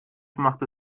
machte